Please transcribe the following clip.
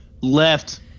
Left